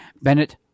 Bennett